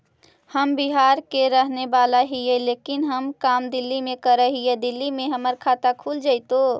हम बिहार के रहेवाला हिय लेकिन हम काम दिल्ली में कर हिय, दिल्ली में हमर खाता खुल जैतै?